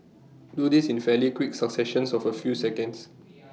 do this in fairly quick successions of A few seconds